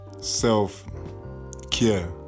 self-care